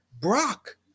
Brock